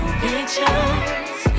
pictures